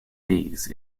bees